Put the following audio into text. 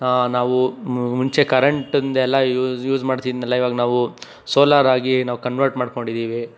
ನಾವು ಮುಂಚೆ ಕರೆಂಟಿಂದ್ದೆಲ್ಲ ಯೂಸ್ ಮಾಡ್ತಿದ್ನಲ್ಲ ಇವಾಗ ನಾವು ಸೋಲಾರ್ ಆಗಿ ನಾವು ಕನ್ವರ್ಟ್ ಮಾಡ್ಕೊಂಡಿದ್ದೀವಿ